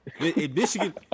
Michigan